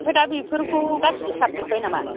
ओमफ्राय दा बेफोरखौ गासिबो सारजोब्बाय नामा